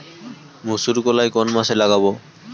মুসুরকলাই কোন মাসে লাগাব?